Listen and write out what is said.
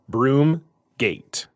Broomgate